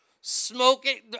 smoking